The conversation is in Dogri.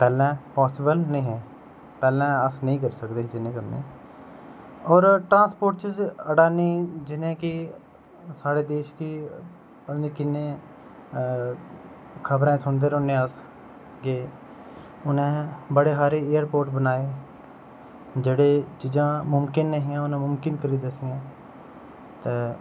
पैह्लें पॉसीबल निं हे पैह्लें अस नेईं करी सकदे होर ट्रांसपोर्ट च अडानी जियां की साढ़े देश गी पता निं किन्ने खबरां सुनदे रौह्ने अस ते उनें बड़े सारे एयरपोर्ट बनाए ते जेह्ड़ी चीज़ां मुमकन निं हा उनें गी मुमकन करी दस्सेआ ते